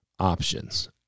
options